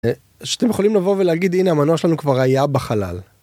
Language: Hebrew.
שאתם יכולים לבוא ולהגיד הנה המנוע שלנו כבר היה בחלל.